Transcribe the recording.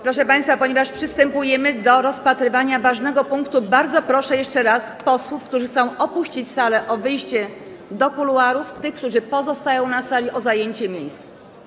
Proszę państwa, ponieważ przystępujemy do rozpatrywania ważnego punktu, jeszcze raz bardzo proszę posłów, którzy chcą opuścić salę, o wyjście do kuluarów, a tych, którzy pozostają na sali, o zajęcie miejsc.